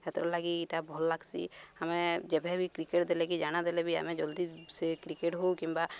ସେଥିର୍ଲାଗି ଇଟା ଭଲ୍ ଲାଗ୍ସି ଆମେ ଯେବେ ବି କ୍ରିକେଟ୍ ଦେଲେ କି ଜାଣା ଦେଲେ ବି ଆମେ ଜଲ୍ଦି ସେ କ୍ରିକେଟ୍ ହଉ କିମ୍ବା